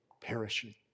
perishing